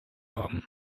haben